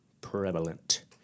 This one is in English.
prevalent